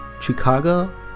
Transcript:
Chicago